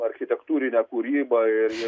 architektūrinę kūrybą ir ir